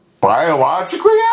biologically